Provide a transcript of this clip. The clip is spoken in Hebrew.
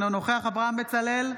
אינו נוכח אברהם בצלאל,